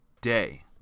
day